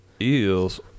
Eels